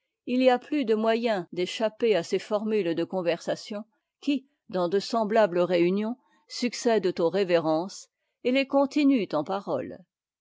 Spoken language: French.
il y a plus de moyens d'échapper à ces formules de conversation qui dans de semblables réunions succèdent aux révérences et les continuent en paroles